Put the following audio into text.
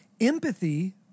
Empathy